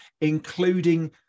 including